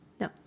No